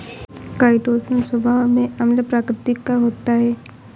chitosan स्वभाव में अम्ल प्रकृति का होता है